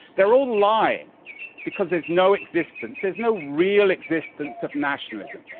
they're all lying because there's no existence. there's no real existence of nationalism.